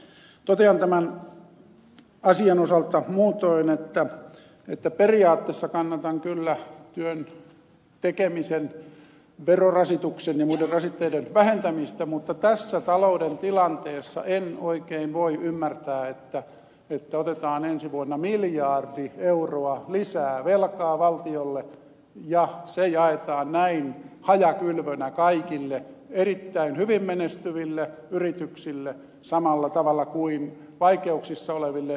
totean tämän asian osalta muutoin että periaatteessa kannatan kyllä työn tekemisen verorasituksen ja muiden rasitteiden vähentämistä mutta tässä talouden tilanteessa en oikein voi ymmärtää että otetaan ensi vuonna miljardi euroa lisää velkaa valtiolle ja se jaetaan näin hajakylvönä kaikille erittäin hyvin menestyville yrityksille samalla tavalla kuin vaikeuksissa oleville yrityksille